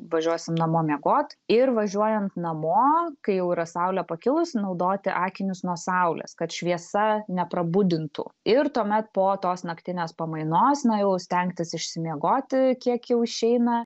važiuosim namo miegot ir važiuojant namo kai jau yra saulei pakilus naudoti akinius nuo saulės kad šviesa neprabudintų ir tuomet po tos naktinės pamainos na jau stengtis išsimiegoti kiek jau išeina